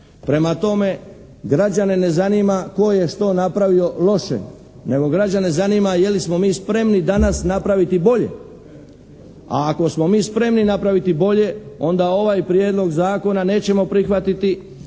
Prema tome, građane ne zanima tko je što napravio loše, nego građane zanima je li smo mi spremni danas napraviti bolje. A ako smo mi spremni napraviti bolje, onda ovaj prijedlog zakona nećemo prihvatiti